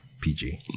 PG